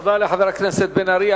תודה לחבר הכנסת בן-ארי.